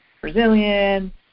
Brazilian